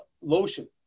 lotion